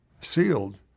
sealed